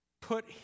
put